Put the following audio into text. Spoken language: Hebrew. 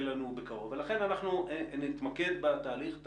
לנו בקרוב ולכן אנחנו נתמקד בתהליך.